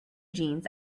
jeans